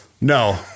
No